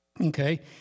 Okay